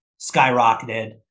skyrocketed